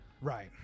Right